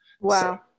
Wow